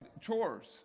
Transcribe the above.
chores